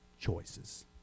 choices